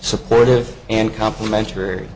supportive and complimentary